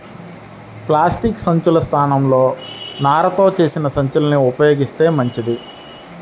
plastic సంచుల స్థానంలో నారతో చేసిన సంచుల్ని ఉపయోగిత్తే మంచిది